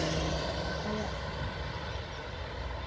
ᱟᱭᱟᱜ